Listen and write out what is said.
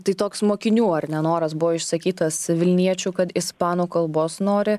tai toks mokinių ar ne noras buvo išsakytas vilniečių kad ispanų kalbos nori